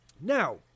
Now